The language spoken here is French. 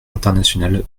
internationale